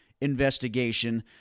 investigation